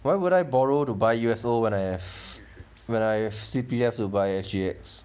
why would I borrow to buy U_S_O when I have when I C_P_F to buy S_G_X